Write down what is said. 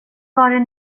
det